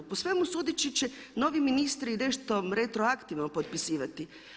Po svemu sudeći će novi ministri nešto retroaktivno potpisivati.